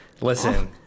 listen